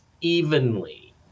evenly